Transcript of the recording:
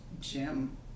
Jim